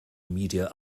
media